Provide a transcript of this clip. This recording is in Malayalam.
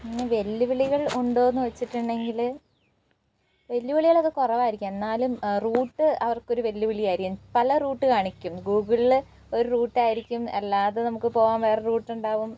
അങ്ങനെ വെല്ലുവിളികൾ ഉണ്ടോ എന്നു വച്ചിട്ടുണ്ടെങ്കിൽ വെല്ലുവിളികളൊക്കെ കുറവായിയിരിക്കും എന്നാലും റൂട്ട് അവർക്കൊരു വെല്ലുവിളി ആയിരിക്കും പല റൂട്ട് കാണിക്കും ഗൂഗിളിൽ ഒരു റൂട്ടായിരിക്കും അല്ലാതെ നമുക്ക് പോവാൻ വേറെ റൂട്ടുണ്ടാവും